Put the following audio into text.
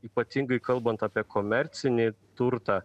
ypatingai kalbant apie komercinį turtą